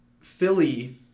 Philly